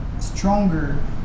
stronger